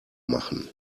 machen